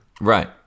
Right